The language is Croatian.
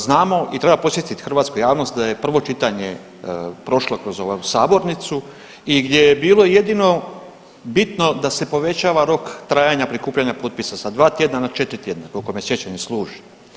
Znamo i treba podsjetiti hrvatsku javnost da je prvo čitanje prošlo kroz ovu sabornicu i gdje je bilo jedino bitno da se povećava rok trajanja prikupljanja potpisa sa 2 tjedna na 4 tjedna, koliko me sjećanje služi.